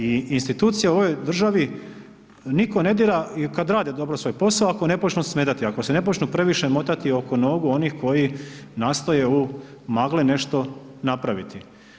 I institucije u ovoj državi nitko ne dira i kad rade dobro svoj posao ako ne počnu smetati, ako se ne počnu previše motati oko nogu onih koji nastoje u magli nešto napraviti.